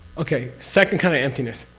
okay, second kind of emptiness.